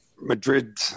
Madrid